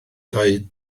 dweud